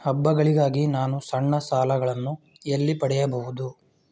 ಹಬ್ಬಗಳಿಗಾಗಿ ನಾನು ಸಣ್ಣ ಸಾಲಗಳನ್ನು ಎಲ್ಲಿ ಪಡೆಯಬಹುದು?